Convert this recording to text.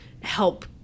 help